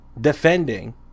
defending